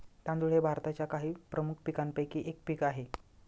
तांदूळ हे भारताच्या काही प्रमुख पीकांपैकी एक पीक आहे